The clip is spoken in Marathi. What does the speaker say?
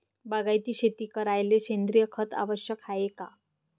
बागायती शेती करायले सेंद्रिय खत आवश्यक हाये का?